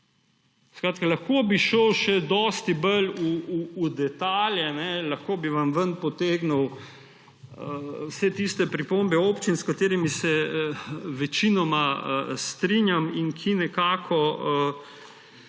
Skratka, lahko bi šel še dosti bolj v detajle, lahko bi vam ven potegnil vse tiste pripombe občin, s katerimi se večinoma strinjam in ki nekako niso